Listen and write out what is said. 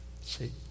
See